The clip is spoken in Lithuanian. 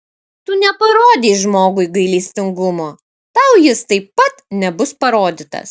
tu neparodei žmogui gailestingumo tau jis taip pat nebus parodytas